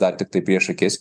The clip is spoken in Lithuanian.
dar tiktai prieš akis